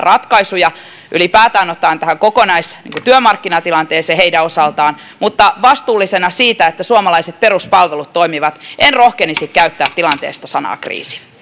ratkaisuja ylipäätään liittyen tähän kokonaistyömarkkinatilanteeseen heidän osaltaan mutta vastuullisena siitä että suomalaiset peruspalvelut toimivat en rohkenisi käyttää tilanteesta sanaa kriisi